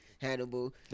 Hannibal